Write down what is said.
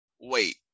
wait